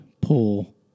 pull